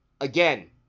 Again